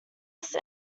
best